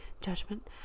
judgment